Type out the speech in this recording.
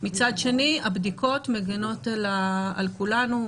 מצד שני הבדיקות מגנות על כולנו,